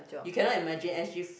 you cannot imagine S_G f~